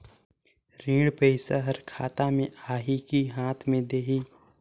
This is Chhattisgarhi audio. ऋण पइसा हर खाता मे आही की हाथ मे देही?